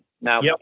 Now